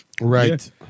Right